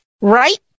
Right